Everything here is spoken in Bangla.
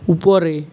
উপরে